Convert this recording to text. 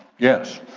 yes.